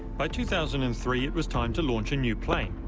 by two thousand and three, it was time to launch a new plane.